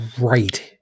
right